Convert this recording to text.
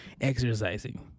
exercising